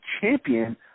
champion